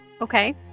Okay